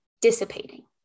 dissipating